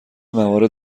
موارد